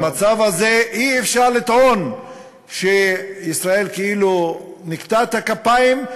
במצב הזה אי-אפשר לטעון שישראל כאילו ניקתה את הכפיים,